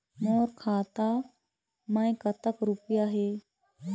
मोर खाता मैं कतक रुपया हे?